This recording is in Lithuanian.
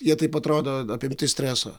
jie taip atrodo apimti streso